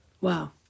Wow